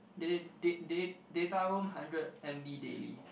dat~ dat~ dat~ data roam hundred m_b daily